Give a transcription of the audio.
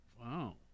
Wow